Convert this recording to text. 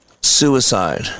suicide